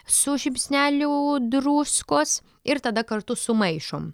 su žiupsneliu druskos ir tada kartu sumaišom